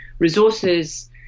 resources